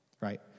right